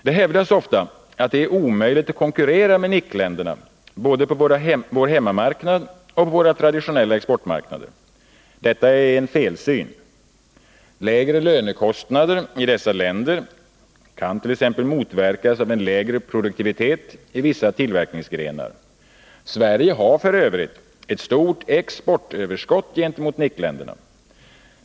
Det hävdas ofta att det är omöjligt att konkurrera med NIC-länderna både på vår hemmamarknad och på våra traditionella exportmarknader. Detta är en felsyn. Lägre lönekostnader i dessa länder kan t.ex. motverkas av lägre produktivitet i vissa tillverkningsgrenar. Sverige har f. ö. ett stort exportöverskott gentemot NIC-länderna.